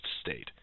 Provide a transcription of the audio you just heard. state